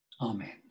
Amen